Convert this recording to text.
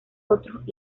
otros